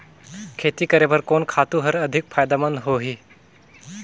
खेती करे बर कोन खातु हर अधिक फायदामंद होही?